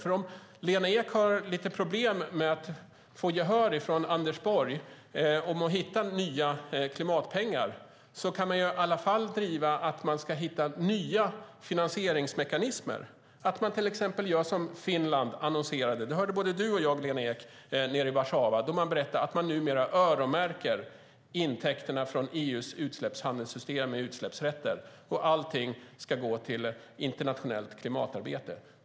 Om nu Lena Ek har lite problem med att få gehör från Anders Borg när det gäller att hitta nya klimatpengar kan man i alla fall driva att man ska hitta nya finansieringsmekanismer. Man kan till exempel göra som Finland annonserade nere i Warszawa. Både du och jag, Lena Ek, hörde att de berättade att de numera öronmärker intäkterna från EU:s handelssystem med utsläppsrätter och att allting ska gå till internationellt klimatarbete.